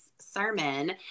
sermon